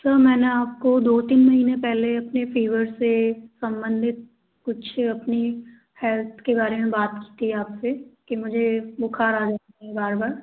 sir मैंने आपको दो तीन महीने अपने फीवर से सम्बंधित कुछ अपनी हेल्थ के बारे में बात की थी आपसे कि मुझे बुखार आ रहा है बार बार